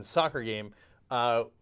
soccer game ah.